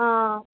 অঁ